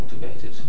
motivated